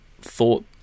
thought